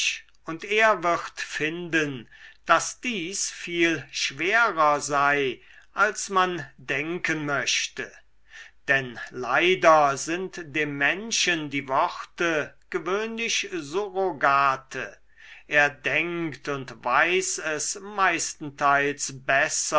und er wird finden daß dies viel schwerer sei als man denken möchte denn leider sind dem menschen die worte gewöhnlich surrogate er denkt und weiß es meistenteils besser